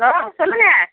hello சொல்லுங்கள்